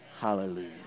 Hallelujah